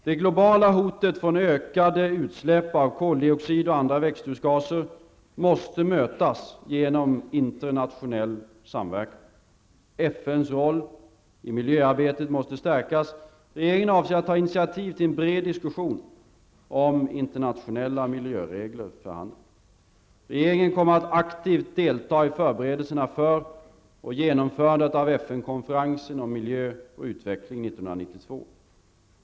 Det globala hotet från ökande utsläpp av koldioxid och andra växthusgaser måste mötas genom internationell samverkan. FNs roll i miljövårdsarbetet måste stärkas. Regeringen avser att ta initiativ till en bred diskussion om internationella miljöregler för handeln. Regeringen kommer aktivt att delta i förberedelserna för och vid genomförandet av FN konferensen om miljö och utveckling 1992.